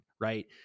Right